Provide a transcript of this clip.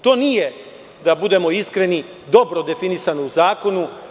To nije, da budemo iskreni, dobro definisano u zakonu.